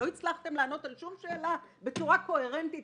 לא הצלחתם לענות על שום שאלה בצורה קוהרנטית,